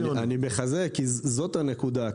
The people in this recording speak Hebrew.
אני מחזק כי זו הנקודה.